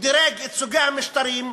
שדירג את סוגי המשטרים,